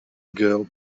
girl